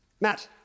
Matt